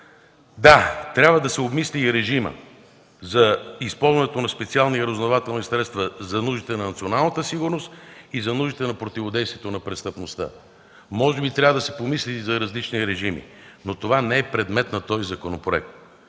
Да, трябва да се обмисли и режимът за използването на специални разузнавателни средства за нуждите на националната сигурност и за нуждите на противодействието на престъпността. Може би трябва да се помисли и за различни режими, но това не е предмет на този законопроект.